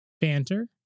banter